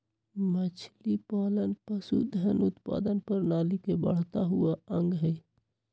मछलीपालन पशुधन उत्पादन प्रणाली के बढ़ता हुआ अंग हई